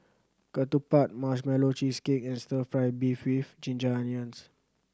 ketupat Marshmallow Cheesecake and Stir Fry beef with ginger onions